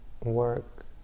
work